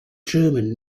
german